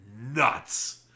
nuts